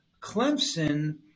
Clemson